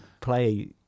play